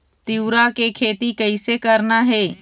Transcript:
तिऊरा के खेती कइसे करना हे?